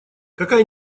какая